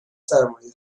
سرمایه